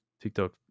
TikTok